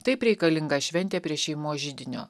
taip reikalinga šventė prie šeimos židinio